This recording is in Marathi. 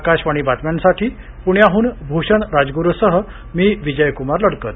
आकाशवाणी बातम्यांसाठी पुण्याहून भूषण राजगुरूसह मी विजयकुमार लडकत